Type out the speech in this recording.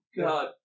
god